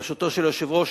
בראשותו של היושב-ראש,